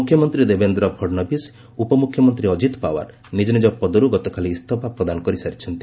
ମୁଖ୍ୟମନ୍ତ୍ରୀ ଦେବେନ୍ଦ୍ର ଫଡ଼୍ନବୀଶ ଉପମୁଖ୍ୟମନ୍ତ୍ରୀ ଅଜିତ୍ ପାୱାର ନିଜ ନିଜ ପଦରୁ ଗତକାଲି ଇସଫା ପ୍ରଦାନ କରିସାରିଛନ୍ତି